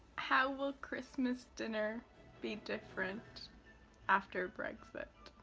how will christmas dinner be different after brexit?